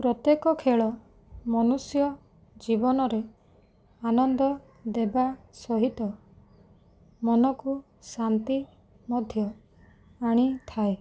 ପ୍ରତ୍ୟେକ ଖେଳ ମନୁଷ୍ୟ ଜୀବନରେ ଆନନ୍ଦ ଦେବା ସହିତ ମନକୁ ଶାନ୍ତି ମଧ୍ୟ ଆଣିଥାଏ